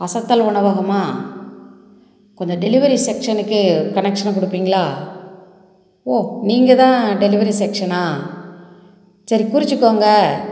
அசத்தல் உணவகமா கொஞ்சம் டெலிவரி செக்ஷனுக்கு கனக்ஷன் கொடுப்பிங்களா ஓ நீங்கள் தான் டெலிவரி செக்ஷனா சரி குறிச்சிக்கங்க